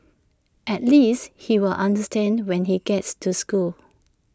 at least he'll understand when he gets to school